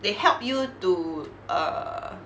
they help you to err